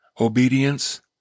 obedience